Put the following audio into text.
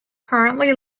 currently